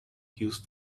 used